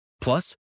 Plus